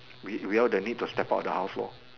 we we all the need to step out of the house lor